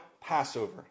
Passover